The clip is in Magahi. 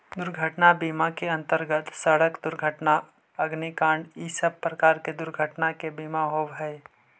दुर्घटना बीमा के अंतर्गत सड़क दुर्घटना अग्निकांड इ सब प्रकार के दुर्घटना के बीमा होवऽ हई